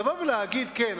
להגיד: כן,